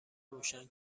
روشن